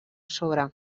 sobre